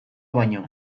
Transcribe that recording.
baino